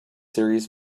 series